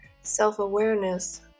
self-awareness